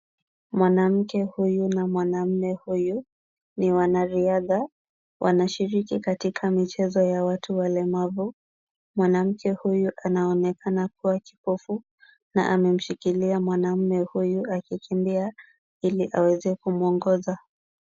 Mwanamke huyu na mwanamume huyu ni wanariadha. Wanashiriki katika michezo ya watu walemavu. Mwanamke huyu anaonekana kuwa kipofu na amemshikilia mwanamume huyu akikimbia ili aweze kumuongoza.